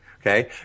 okay